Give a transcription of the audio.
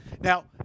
Now